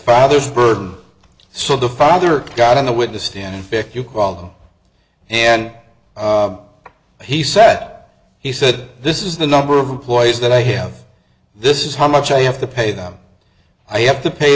father's burden so the father got on the witness stand and fix you call and he sat he said this is the number of employees that i have this is how much i have to pay them i have to pay